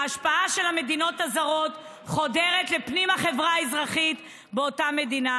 ההשפעה של המדינות הזרות חודרת לפנים החברה האזרחית באותה מדינה,